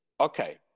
okay